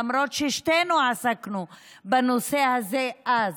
למרות ששתינו עסקנו בנושא הזה אז,